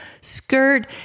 skirt